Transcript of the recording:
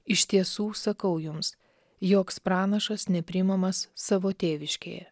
iš tiesų sakau jums joks pranašas nepriimamas savo tėviškėje